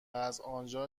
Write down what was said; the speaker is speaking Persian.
ازآنجا